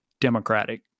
Democratic